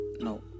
no